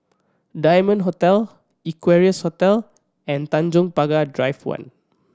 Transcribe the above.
Diamond Hotel Equarius Hotel and Tanjong Pagar Drive One